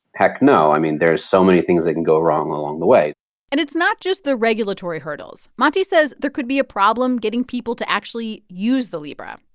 heck, no. i mean, there's so many things that can go wrong along the way and it's not just the regulatory hurdles. mati says there could be a problem getting people to actually use the libra.